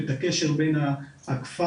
את הקשר בין הכפר,